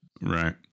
Right